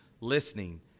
listening